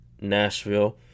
Nashville